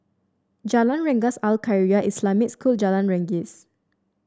Jalan Rengas Al Khairiah Islamic School Jalan Randis